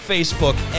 Facebook